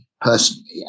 personally